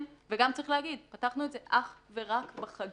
וגם צריך להגיד, פתחנו את זה אך ורק בחגים.